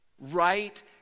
right